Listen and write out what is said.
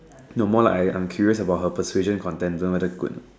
no more like I'm I'm curious about her persuasion Content don't know whether good not